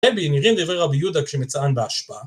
הם בעניינים דבר רבי יהודה כשמצען בהשפעה